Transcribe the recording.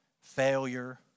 failure